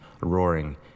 roaring